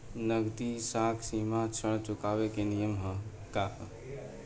नगदी साख सीमा ऋण चुकावे के नियम का ह?